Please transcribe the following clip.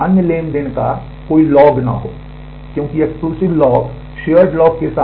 right lock के साथ